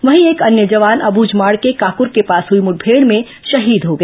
वहीं एक अन्य जवान अब्झमाड़ के काकुर के पास हुई मुठभेड़ में शहीद हो गया